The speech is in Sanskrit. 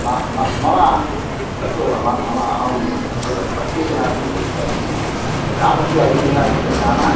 म म मम अस्तु मम मम अहं भवतः स्पष्टीकरणार्थं पृच्छामि ग्रामस्य ऐतिहासिकं नाम